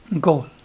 goal